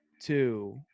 two